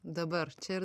dabar čia ir